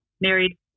married